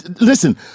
Listen